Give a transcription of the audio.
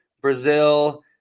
Brazil